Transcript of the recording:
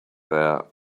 there